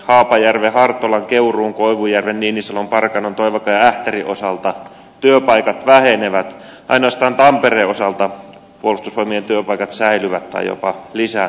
haapajärven hartolan keuruun koivujärven niinisalon parkanon toivakan ja ähtärin osalta työpaikat vähenevät ainoastaan tampereen osalta puolustusvoimien työpaikat säilyvät tai jopa lisääntyvät